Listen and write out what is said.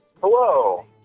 Hello